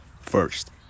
First